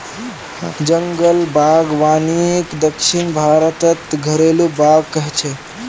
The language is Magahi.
जंगल बागवानीक दक्षिण भारतत घरेलु बाग़ कह छे